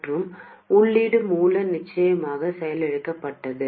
மற்றும் உள்ளீடு மூல நிச்சயமாக செயலிழக்கப்பட்டது